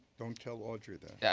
don't tell audrey that. yeah